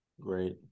Great